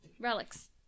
relics